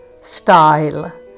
style